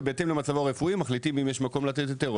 ובהתאם למצבו הרפואי מחליטים האם יש מקום לתת היתר,